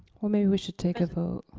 well maybe we should take a vote.